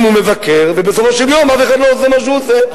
אם הוא מבקר ובסופו של יום אף אחד לא עושה מה שהוא אומר.